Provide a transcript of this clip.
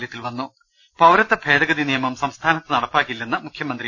ല്യത്തിൽ വന്നു പൌരത്വ ഭേദഗതി നിയമം സംസ്ഥാനത്ത് നടപ്പാക്കില്ലെന്ന് മുഖ്യമന്ത്രി